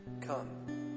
Come